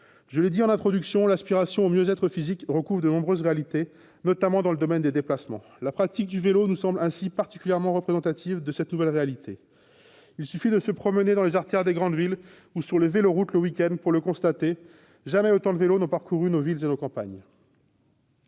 Je le répète, l'aspiration à un mieux-être physique recouvre de nombreuses réalités, notamment dans le domaine des déplacements. La pratique du vélo nous semble ainsi particulièrement représentative de cette nouvelle réalité. Il suffit de se promener dans les artères des grandes villes ou sur les véloroutes le week-end pour le constater : jamais autant de vélos n'ont parcouru nos villes et nos campagnes.